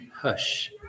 hush